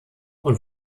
und